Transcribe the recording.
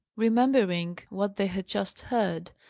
remembering what they had just heard,